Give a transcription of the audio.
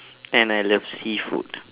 and I love seafood